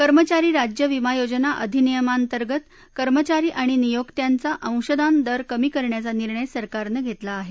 कर्मचारी राज्य विमा योजना अधिनियमाअंतर्गत कर्मचारी आणि नियोक्त्यांचा अंशदान दर कमी करण्याचा निर्णय सरकारनं घेतला आहे